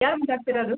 ಯಾರು ಮಾತಾಡ್ತಿರೋದು